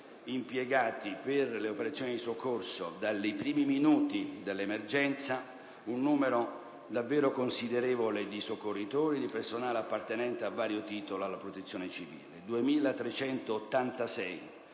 impiegato nelle operazioni di soccorso un numero davvero considerevole di soccorritori e di personale appartenente a vario titolo alla Protezione civile.